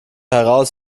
heraus